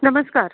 नमस्कार